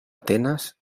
atenas